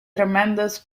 tremendous